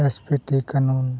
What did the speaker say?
S P T ᱠᱟᱹᱱᱩᱱ